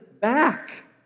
back